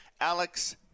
Alex